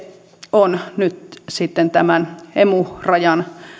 on nyt sitten tämän emu rajan